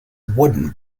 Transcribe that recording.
wooden